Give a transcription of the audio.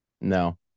No